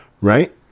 right